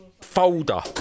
folder